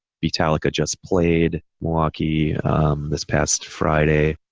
beatallica just played milwaukee this past friday.